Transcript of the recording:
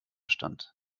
stand